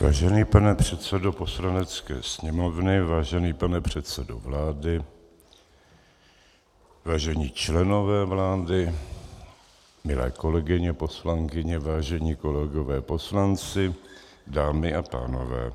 Vážený pane předsedo Poslanecké sněmovny, vážený pane předsedo vlády, vážení členové vlády, milé kolegyně poslankyně, vážení kolegové poslanci, dámy a pánové.